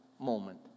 moment